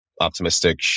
Optimistic